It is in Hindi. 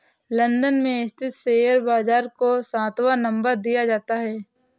लन्दन में स्थित शेयर बाजार को सातवां नम्बर दिया जाता है